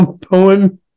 poem